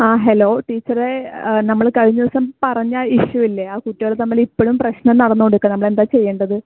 ആ ഹലോ ടീച്ചറേ നമ്മൾ കയിഞ്ഞ ദിവസം പറഞ്ഞ ഇഷ്യുയില്ലേ ആ കുട്ട്യള് തമ്മിൽ ഇപ്പളും പ്രശ്നം നടന്നോണ്ടിരിക്കുവാ നമ്മൾ എന്താ ചെയ്യേണ്ടത്